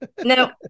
No